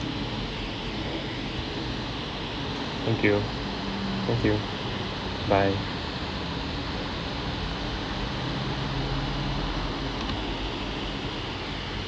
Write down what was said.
thank you thank you bye